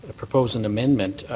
ah propose an amendment.